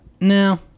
No